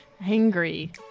angry